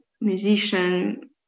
musician